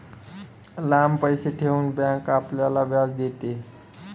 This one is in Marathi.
लांब पैसे ठेवून बँक आपल्याला व्याज देते